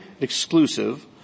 exclusive